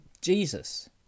Jesus